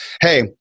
Hey